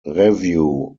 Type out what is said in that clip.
revue